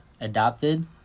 adopted